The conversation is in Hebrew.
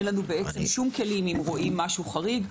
לא יהיו לנו כלים אם נראה משהו חריג.